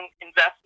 investment